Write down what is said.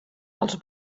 els